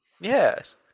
Yes